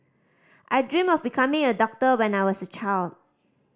I dreamt of becoming a doctor when I was a child